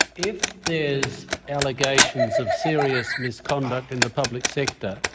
if there's allegations of serious misconduct in the public sector,